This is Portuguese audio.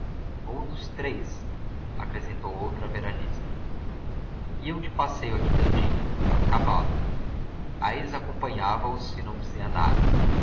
ou dos três acrescentou outra veranista iam de passeio à quitandinha a cavalo aires acompanhava-os e não dizia nada